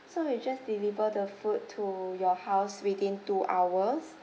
so we just deliver the food to your house within two hours